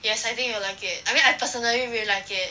yes I think you will like it I mean I personally really like it